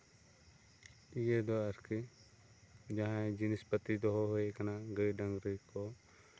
ᱤᱭᱟᱹ ᱫᱚ ᱟᱨᱠᱤ ᱡᱟᱦᱟᱭ ᱡᱤᱱᱤᱥᱯᱟᱛᱤ ᱫᱚᱦᱚ ᱦᱩᱭ ᱠᱟᱱᱟ ᱜᱟᱹᱭ ᱰᱟᱝᱨᱤ ᱠᱚ